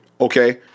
Okay